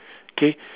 okay